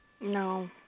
No